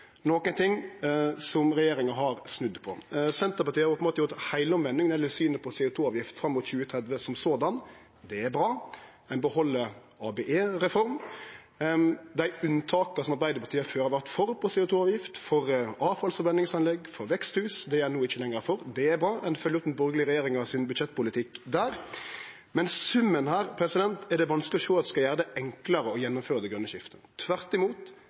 ting som regjeringa har snudd på. Senterpartiet har openbert gjort heilomvending når det gjeld synet på CO 2 -avgift fram mot 2030. Det er bra. Ein beheld ABE-reforma. Dei unnataka frå CO 2 -avgifta som Arbeidarpartiet før har vore for, som for avfallsforbrenningsanlegg og veksthus, er ein ikkje lenger for – det er bra. Ein følgjer opp budsjettpolitikken til den borgarlege regjeringa der. Men summen her er det vanskeleg å sjå skal gjere det enklare å gjennomføre det grøne skiftet. Tvert imot